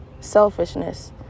selfishness